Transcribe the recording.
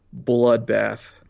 bloodbath